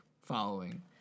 following